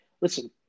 Listen